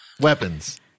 weapons